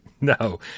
No